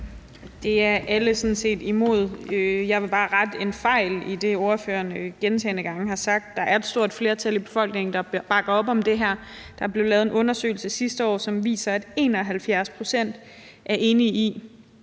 Det er alle sådan set imod. Jeg vil bare rette en fejl i det, ordføreren gentagne gange har sagt. Der er et stort flertal i befolkningen, der bakker op om det her. Der blev lavet en undersøgelse sidste år, som viser, at 71 pct. er enige i,